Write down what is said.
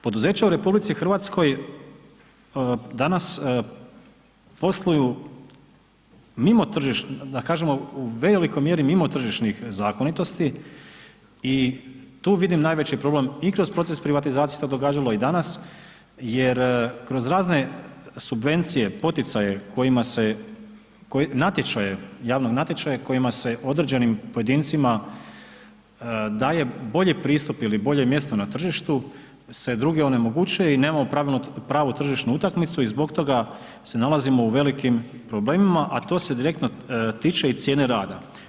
Poduzeća u RH danas posluju mimo tržišta, da kažemo u velikoj mjeri mimo tržišnih zakonitosti i tu vidim najveći problem i kroz proces privatizacije se to događalo i danas jer kroz razne subvencije, poticaje kojima se, natječaje, javne natječaje, kojima se određenim pojedincima daje bolje pristup ili bolje mjesto na tržištu, se druge onemogućuje i nemamo pravu tržišnu utakmicu i zbog toga se nalazimo u velikim problemima, a to se direktno tiče i cijene rada.